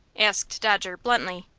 asked dodger, bluntly.